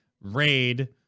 raid